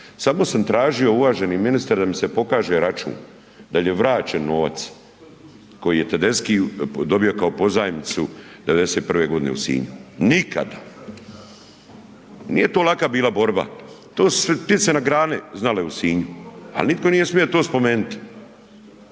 Samo sam tražio uvaženi ministre da mi se pokaže račun da je vraćen novac koji je Tedeschi dobio kao pozajmicu '91. godine u Sinju. Nikada. Nije to laka bila borba, to su ptice na grani znale u Sinju, ali nitko to nije smio spomenuti